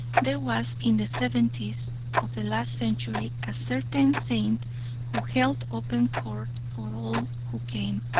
there was in the seventies of the last century a certain saint who held open court for all who came,